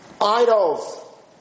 idols